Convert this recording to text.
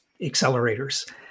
accelerators